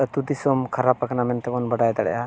ᱟᱹᱛᱩ ᱫᱤᱥᱚᱢ ᱠᱷᱟᱨᱟᱯ ᱟᱠᱟᱱᱟ ᱢᱮᱱᱛᱮ ᱵᱚᱱ ᱵᱟᱰᱟᱭ ᱫᱟᱲᱮᱭᱟᱜᱼᱟ